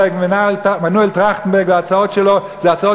מנואל טרכטנברג וההצעות שלו זה הצעות